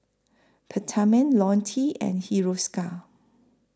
Peptamen Ionil T and Hiruscar